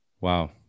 Wow